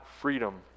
freedom